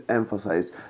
emphasized